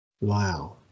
Wow